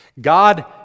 God